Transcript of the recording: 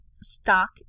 stock